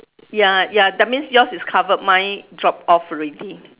ya ya that means yours is covered mine drop off already